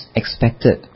expected